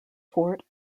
fort